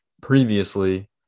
previously